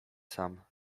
sam